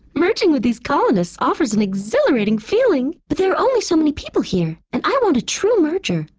merging with these colonists offers and exhilarating feeling, but there are only so many people here and i want a true merger.